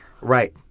right